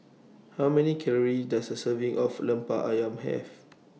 How Many Calories Does A Serving of Lemper Ayam Have